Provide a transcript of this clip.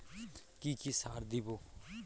কি কি সার দেবো?